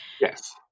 Yes